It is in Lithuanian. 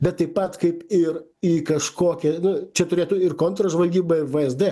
bet taip pat kaip ir į kažkokį nu čia turėtų ir kontržvalgyba ir vsd